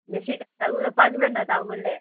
বেশি কাঁচাগুলো পাকবে না তা বলে